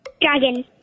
Dragon